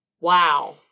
wow